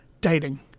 dating